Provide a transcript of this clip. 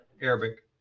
Arabic